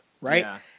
right